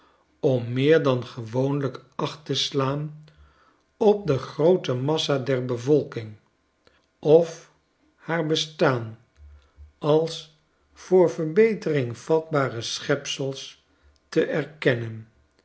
om meer dan gewoonlijk acht te slaan op de groote massa der bevolking of haar bestaan als voor verbetering vatbare schepsels te erkennen